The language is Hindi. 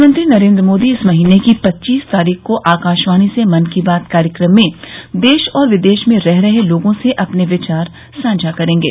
प्रधानमंत्री नरेन्द्र मोदी इस महीने की पच्चीस तारीख को आकाशवाणी से मन की बात कार्यक्रम में देश और विदेश में रह रहे लोगों से अपने विचार साझा करेंगे